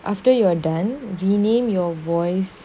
after you are done G name your voice